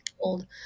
old